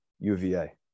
UVA